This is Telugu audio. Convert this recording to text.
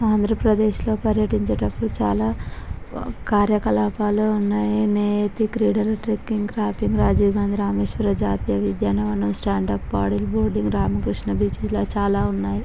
ఆంధ్రప్రదేశ్లో పర్యటించేటప్పుడు చాలా కార్యకలాపాలు ఉన్నాయి నేతి క్రీడలు ట్రెక్కింగ్ క్రాపింగ్ రాజీవ్ గాంధీ రామేశ్వర జాతీయ ఉద్యానవనం stand up paddle boating Ramakrishna beach ఇలా చాలా ఉన్నాయి